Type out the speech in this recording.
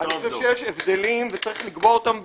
אני חושב שיש הבדלים וצריך לקבוע אותם בחוק,